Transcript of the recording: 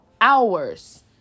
hours